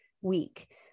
week